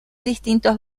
distintos